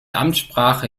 amtssprache